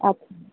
অ